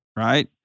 right